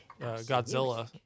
Godzilla